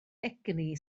egni